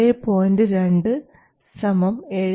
8 volts ആണ്